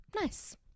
Nice